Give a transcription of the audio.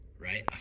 right